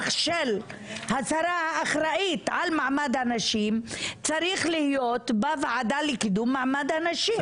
של השרה האחראית על מעמד הנשים צריך להיות בוועדה לקידום מעמד הנשים.